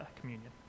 communion